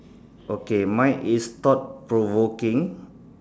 okay mine is thought provoking